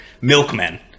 Milkmen